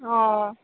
अँ